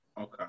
Okay